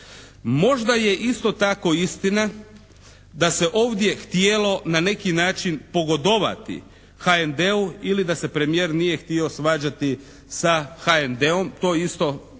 Možda je isto tako istina da se ovdje htjelo na neki način pogodovati HND-u ili da se premijer nije htio svađati sa HND-om. To isto stoji,